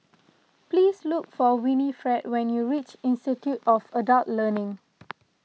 please look for Winifred when you reach Institute of Adult Learning